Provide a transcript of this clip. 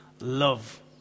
love